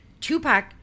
Tupac